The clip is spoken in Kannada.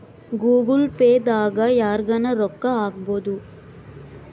ಗೂಗಲ್ ಪೇ ದಾಗ ಯರ್ಗನ ರೊಕ್ಕ ಹಕ್ಬೊದು